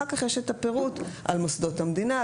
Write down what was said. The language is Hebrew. אחר כך יש את הפירוט על מוסדות המדינה.